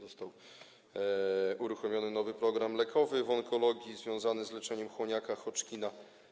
Został uruchomiony nowy program lekowy w onkologii związany z leczeniem chłoniaka Hodgkina.